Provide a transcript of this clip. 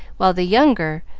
while the younger,